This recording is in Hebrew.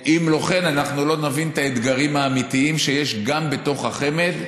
שאם לא כן אנחנו לא נבין את האתגרים האמיתיים שיש גם בתוך החמ"ד,